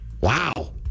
Wow